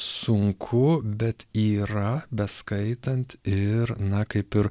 sunku bet yra beskaitant ir na kaip ir